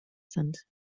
sind